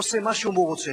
הוא עושה מה שהוא רוצה.